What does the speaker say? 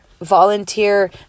volunteer